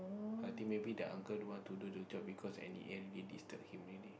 I think maybe the uncle don't want to do the job because N_E_A disturb him already